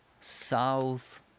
south